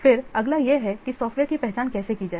फिर अगला यह है कि सॉफ्टवेयर की पहचान कैसे की जाए